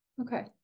Okay